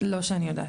לא שאי יודעת.